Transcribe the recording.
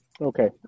Okay